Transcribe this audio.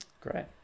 great